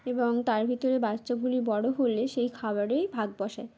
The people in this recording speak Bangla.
এবং তার ভিতরে বাচ্চাগুলি বড় হলে সেই খাবারেই ভাগ বসায়